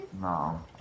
No